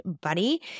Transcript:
buddy